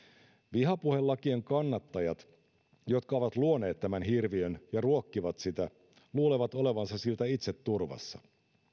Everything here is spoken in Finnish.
vihapuhelakien kannattajat jotka ovat luoneet tämän hirviön ja ruokkivat sitä luulevat olevansa siltä itse turvassa